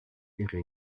ihre